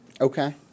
Okay